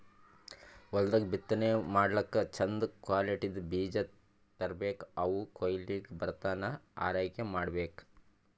ಹೊಲ್ದಾಗ್ ಬಿತ್ತನೆ ಮಾಡ್ಲಾಕ್ಕ್ ಚಂದ್ ಕ್ವಾಲಿಟಿದ್ದ್ ಬೀಜ ತರ್ಬೆಕ್ ಅವ್ ಕೊಯ್ಲಿಗ್ ಬರತನಾ ಆರೈಕೆ ಮಾಡ್ಬೇಕ್